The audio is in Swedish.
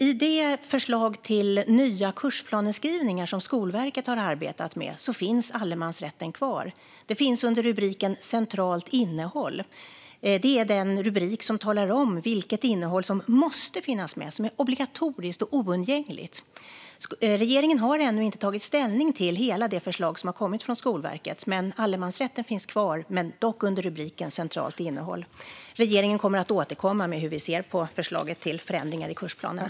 I det förslag till nya kursplaneskrivningar som Skolverket har arbetat med finns allemansrätten kvar under rubriken "Centralt innehåll". Det är den rubrik som talar om vilket innehåll som måste finnas med, som är obligatoriskt och oundgängligt. Regeringen har ännu inte tagit ställning till hela det förslag som har kommit från Skolverket. Allemansrätten finns kvar, dock under rubriken "Centralt innehåll". Regeringen kommer att återkomma med hur vi ser på förslaget till förändringar i kursplanerna.